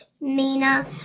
Mina